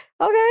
okay